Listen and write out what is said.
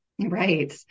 Right